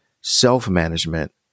self-management